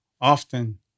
often